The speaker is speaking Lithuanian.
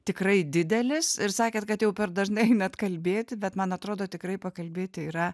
tikrai didelis ir sakėt kad jau per dažnai net kalbėti bet man atrodo tikrai pakalbėti yra